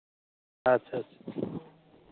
ᱟᱪᱪᱷᱟ ᱟᱪᱪᱷᱟ